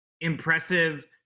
impressive